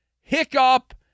Hiccup